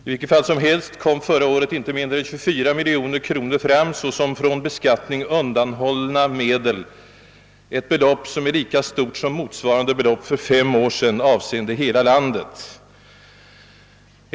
I vilket fall som helst kom förra året inte mindre än 24 miljoner kronor fram såsom från beskattning undanhållna medel, ett belopp som är lika stort som motsvarande belopp för fem år sedan avseende hela landet.